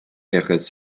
ihres